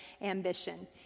ambition